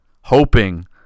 hoping